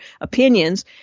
opinions